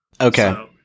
Okay